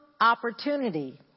opportunity